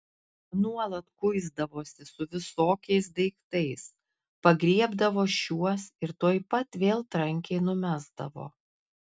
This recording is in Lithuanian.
nuolat kuisdavosi su visokiais daiktais pagriebdavo šiuos ir tuoj pat vėl trankiai numesdavo